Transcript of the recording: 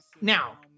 now